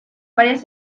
varias